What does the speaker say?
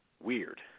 Weird